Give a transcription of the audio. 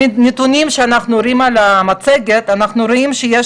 לפי הנתונים שאנחנו רואים במצגת, אנחנו רואים שיש